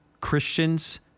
Christians